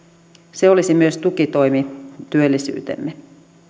se olisi myös tukitoimi työllisyyteemme